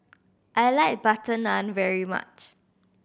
I like butter naan very much